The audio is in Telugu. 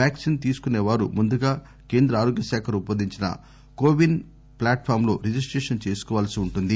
వ్యాక్సిన్ తీసుకుసే వారు ముందుగా కేంద్ర ఆరోగ్యశాఖ రూపొందించిన కోవిస్ ప్లాట్ఫామ్లో రిజిస్టేషన్ చేసుకోవాల్సి ఉంటుంది